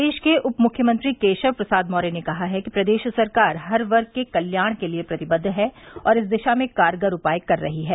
प्रदेश के उप मुख्यमंत्री केशव प्रसाद मौर्य ने कहा है कि प्रदेश सरकार हर वर्ग के कल्याण के लिये प्रतिबद्व है और इस दिशा में कारगर उपाय कर रही है